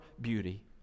beauty